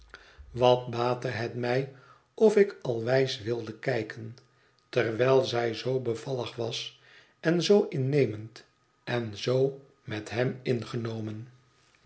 wat baatte het mij of ik al wijs wilde kijken terwijl zij zoo bevallig was en zoo innemend en zoo met hem ingenomen